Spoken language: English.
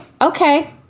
Okay